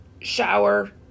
shower